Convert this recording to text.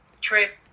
trip